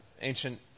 ancient